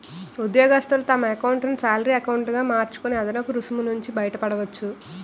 ఉద్యోగస్తులు తమ ఎకౌంటును శాలరీ ఎకౌంటు గా మార్చుకొని అదనపు రుసుము నుంచి బయటపడవచ్చు